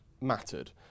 mattered